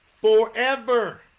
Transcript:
forever